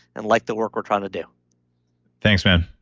and like the work we're trying to do thanks, man.